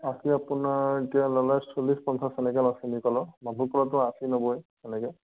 আষি আপোনাৰ এতিয়া ল'লে চল্লিছ পঞ্চাছ এনেকৈ লওঁ চেনী কলৰ মালভোগ কলৰটো আশী নব্বৈ এনেকৈ